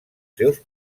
seus